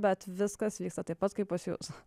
bet viskas vyksta taip pat kaip pas jus